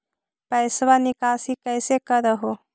पैसवा निकासी कैसे कर हो?